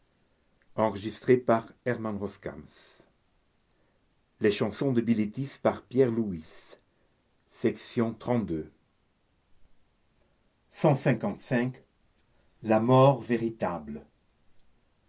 de la mort véritable